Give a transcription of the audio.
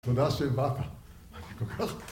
תודה שבאת.